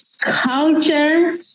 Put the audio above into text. culture